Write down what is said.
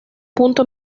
punto